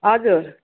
हजुर